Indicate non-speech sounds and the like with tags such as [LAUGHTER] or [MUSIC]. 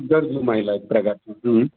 गरजू महिला आहे प्रगा [UNINTELLIGIBLE]